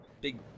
big